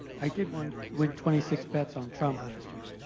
i did win win twenty six bets on trump last year.